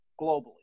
globally